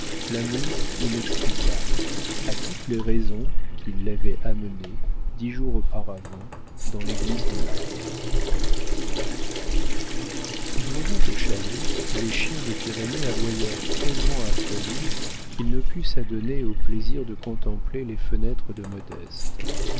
l'amour inexplicable à toutes les raisons qui l'avaient amené dix jours auparavant dans l'église du havre il revint au chalet où les chiens des pyrénées aboyèrent tellement après lui qu'il ne put s'adonner au plaisir de contempler les fenêtres de modeste